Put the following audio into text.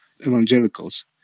evangelicals